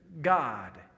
God